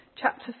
Chapter